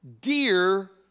dear